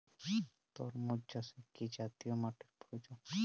তরমুজ চাষে কি জাতীয় মাটির প্রয়োজন?